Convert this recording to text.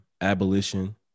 abolition